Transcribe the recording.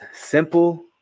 simple